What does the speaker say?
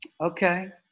Okay